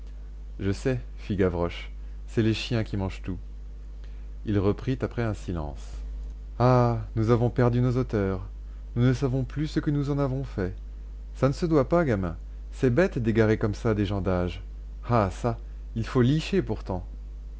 je sais fit gavroche c'est les chiens qui mangent tout il reprit après un silence ah nous avons perdu nos auteurs nous ne savons plus ce que nous en avons fait ça ne se doit pas gamins c'est bête d'égarer comme ça des gens d'âge ah çà il faut licher pourtant